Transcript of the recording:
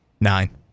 Nine